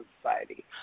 society